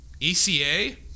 ECA